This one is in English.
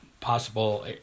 possible